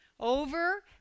Over